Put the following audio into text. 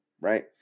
Right